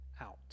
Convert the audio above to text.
out